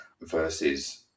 versus